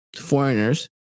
foreigners